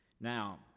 Now